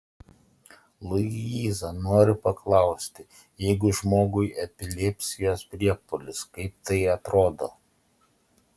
luiza noriu paklausti jeigu žmogui epilepsijos priepuolis kaip tai atrodo